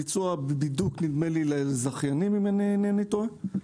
נדמה לי ביצוע בידוק לזכיינים, אם אינני טועה.